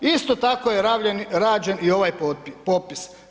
Isto tako je rađen i ovaj popis.